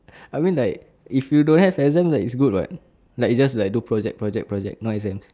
I mean like if you don't have exam that is good [what] like it just like do project project project no exam